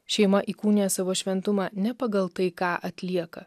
šeima įkūnija savo šventumą ne pagal tai ką atlieka